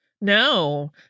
No